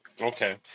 okay